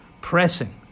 pressing